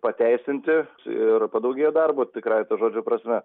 pateisinti ir padaugėjo darbo tikrąja to žodžio prasme